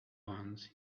once